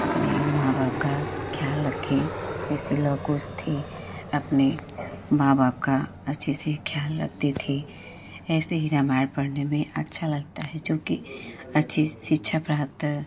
अपने माँ बाप का ख़याल रखें ऐसे लव कुश थे अपने माँ बाप का अच्छे से ख़याल रखते थे ऐसे ही रामायण पढ़ने में अच्छा लगता है जोकि अच्छी शिक्षा प्राप्त